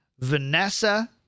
Vanessa